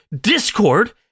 Discord